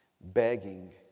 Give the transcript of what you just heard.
begging